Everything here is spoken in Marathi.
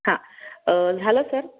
हां झालं सर